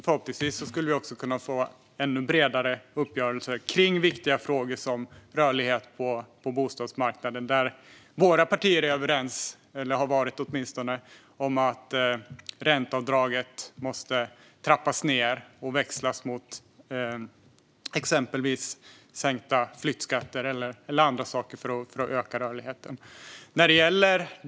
Förhoppningsvis skulle vi också kunna få ännu bredare uppgörelser om viktiga frågor som rörlighet på bostadsmarknaden, där våra partier är överens - eller har åtminstone varit det - om att ränteavdraget måste trappas ned och växlas mot exempelvis sänkta flyttskatter eller andra saker för att öka rörligheten.